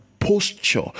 Posture